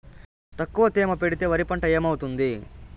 తక్కువ తేమ పెడితే వరి పంట ఏమవుతుంది